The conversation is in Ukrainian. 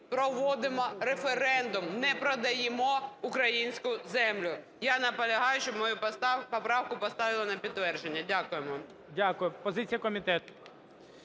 Проводимо референдум. Не продаємо українську землю. Я наполягаю, щоб мою поправку поставили на підтвердження. Дякую.